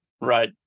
Right